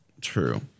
True